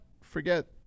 forget